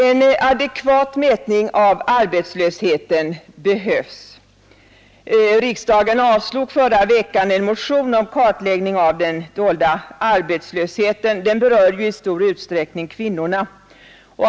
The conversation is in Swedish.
En adekvat mätning av arbetslösheten behövs. Riksdagen avslog förra veckan en motion om kartläggning av den dolda arbetslösheten. Den berör i stor utsträckning kvinnorna.